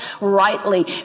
rightly